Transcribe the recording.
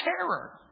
terror